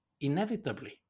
Inevitably